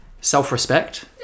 self-respect